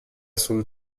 sul